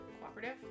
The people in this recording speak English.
cooperative